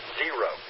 zero